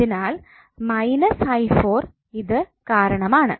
അതിനാൽ 𝑖4 ഇത് കാരണമാണ്